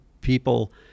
people